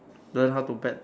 learn how to bet